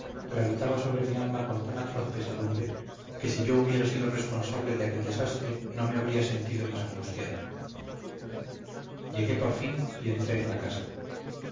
gravitaba sobre mi alma con tan atroz pesadumbre que si yo hubiera sido responsable de aquel desastre no me habría sentido más angustiado llegué por fin y entré en la casa